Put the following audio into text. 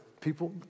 people